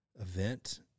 event